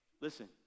Listen